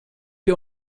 wir